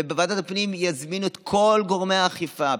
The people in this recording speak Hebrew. ובוועדת הפנים יזמינו את כל גורמי האכיפה,